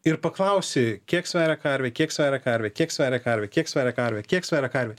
ir paklausi kiek sveria karvė kiek sveria karvė kiek sveria karvė kiek sveria karvė kiek sveria karvė